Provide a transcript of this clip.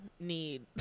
need